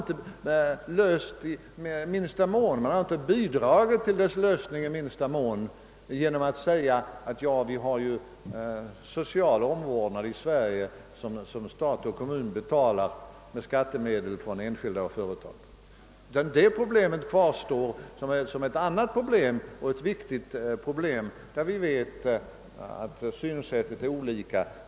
Till lösningen av det problemet har man inte i minsta mån bidragit genom att säga: Vi har ju social omvårdnad i Sverige som stat och kommun betalar med skattemedel från enskilda och företag. Nej, det problemet kvarstår som ett annat och ett viktigt problem, där vi vet att synsätten är olika.